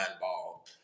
ball